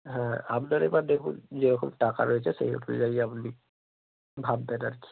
হ্যাঁ আপনার এবার দেখুন যেরকম টাকা রয়েছে সেই অনুযায়ী আপনি ভাববেন আর কি